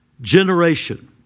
generation